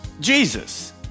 Jesus